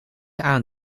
aan